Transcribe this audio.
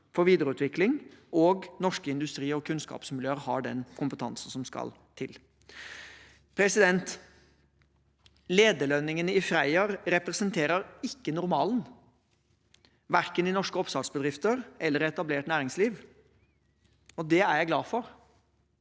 for videreutvikling, og norske industri- og kunnskapsmiljøer har den kompetansen som skal til. Lederlønningene i Freyr representerer ikke normalen, verken i norske oppstartsbedrifter eller i etablert næringsliv. Det er jeg glad for.